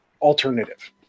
alternative